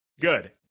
Good